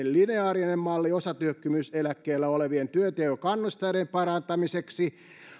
lineaarinen malli osatyökyvyttömyyseläkkeellä olevien työnteon kannusteiden parantamiseksi